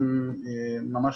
האם זה המצב?